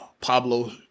Pablo